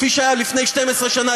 כפי שהיה לפני 12 שנה,